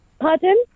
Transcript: Pardon